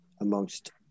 amongst